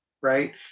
right